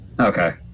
Okay